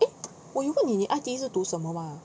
eh 我有问你 I_T_E 是读什么吗